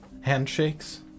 Handshakes